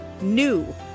NEW